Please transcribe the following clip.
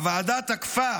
הוועדה תקפה